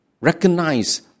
recognize